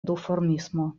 duformismo